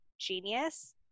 genius